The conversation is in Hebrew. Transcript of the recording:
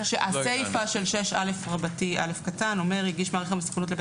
הסיפה של 6א(א) אומרת ש"הגיש מעריך המסוכנות לבית